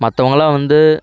மற்றவங்களாம் வந்து